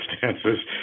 circumstances